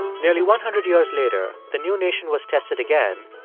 nearly one hundred years later, the new nation was tested again,